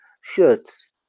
shirts